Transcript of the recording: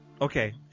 Okay